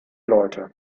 leute